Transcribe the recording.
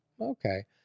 okay